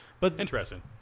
Interesting